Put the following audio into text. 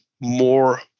more